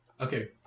Okay